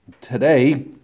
Today